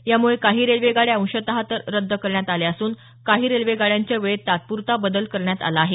यामुळे काही रेल्वेगाड्या अंशत रद्द करण्यात आल्या असून काही रेल्वे गाड्यांच्या वेळेत तात्पुरता बदल करण्यात आला आहे